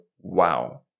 wow